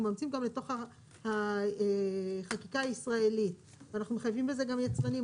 מאמצים גם לתוך החקיקה הישראלית ואנחנו מחייבים בזה גם יצרנים,